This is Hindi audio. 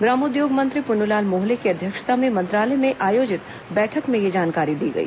ग्रामोद्योग मंत्री पुन्नूलाल मोहले की अध्यक्षता में मंत्रालय में आयोजित बैठक में यह जानकारी दी गई